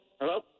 Hello